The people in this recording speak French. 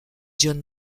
john